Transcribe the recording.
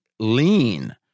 Lean